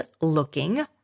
Looking